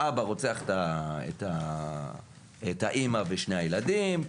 האבא רוצח את האימא ושני הילדים,